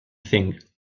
thing